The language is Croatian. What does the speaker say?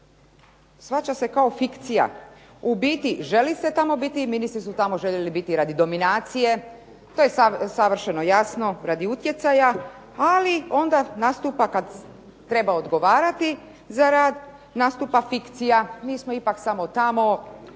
shvaća se kako fikcija. U biti želi se tamo biti i ministri su tamo željeli biti radi dominacije. To je savršeno jasno, radi utjecaja. Ali kada treba odgovarati za rad, nastupa fikcija, mi smo ipak samo tamo,